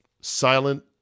silent